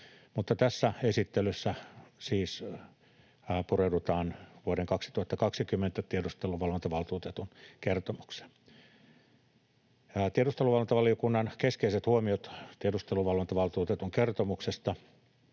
Tässä esittelyssä siis pureudutaan vuoden 2020 tiedusteluvalvontavaltuutetun kertomukseen. Tiedusteluvalvontavaliokunnan keskeiset huomiot tiedusteluvalvontavaltuutetun kertomuksesta